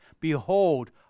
Behold